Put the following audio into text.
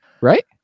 Right